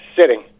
Sitting